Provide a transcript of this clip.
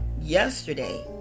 yesterday